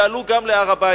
יעלו גם להר-הבית,